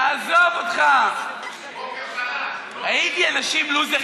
תעזוב אותך, ראיתי אנשים לוזרים בחיי.